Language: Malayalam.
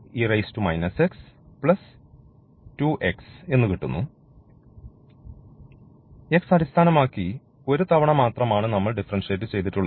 x അടിസ്ഥാനമാക്കി ഒരു തവണ മാത്രമാണ് നമ്മൾ ഡിഫറൻഷിയേറ്റ് ചെയ്തിട്ടുള്ളത്